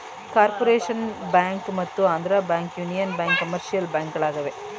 corporation bank ಮತ್ತು Andhra bank, union bank commercial ಬ್ಯಾಂಕ್ಗಳಾಗಿವೆ